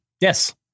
Yes